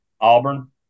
Auburn